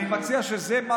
אני מציע שזה מה